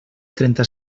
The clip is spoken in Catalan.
trenta